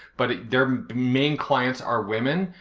but their main clients are women,